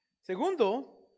Segundo